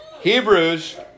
Hebrews